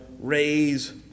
raise